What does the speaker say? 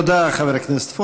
תודה, חבר הכנסת פורר.